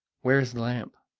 where is the lamp?